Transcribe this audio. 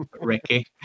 ricky